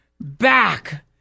back